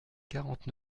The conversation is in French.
quarante